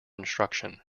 instruction